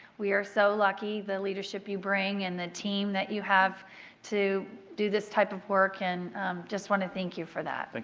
we are so lucky the leadership that you bring and the team that you have to do this type of work. and just want to thank you for that. but